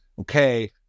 okay